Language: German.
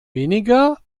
weniger